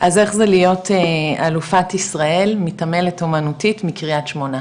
אז איך זה להיות אלופת ישראל מתעמלת אמנותית מקרית שמונה?